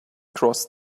cross